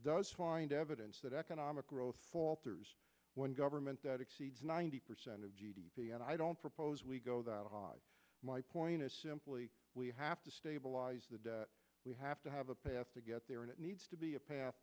does find evidence that economic growth falters when government that exceeds ninety percent of g d p and i don't propose we go that high my point is simply we have to stabilize we have to have a path to get there and it needs to be a path